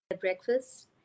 breakfast